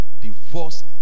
divorce